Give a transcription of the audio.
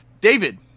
David